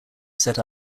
set